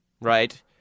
right